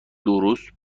درست